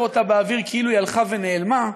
אותה באוויר כאילו היא הלכה ונעלמה,